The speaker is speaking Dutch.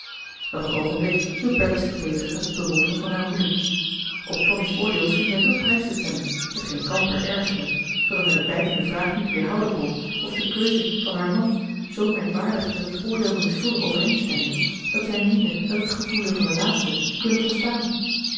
nog een oogenblik hield bertha zich bezig met het bewonderen van haar hoeden op tonie's oordeel scheen zij veel prijs te stellen hetgeen kamper ergerde zoodat hij de bijtende vraag niet weerhouden kon of de keuze van haar man zoo merkwaardig met het oordeel van den schilder overeenstemde dat zij meende met het gevoelen van den laatste te kunnen volstaan